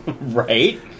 Right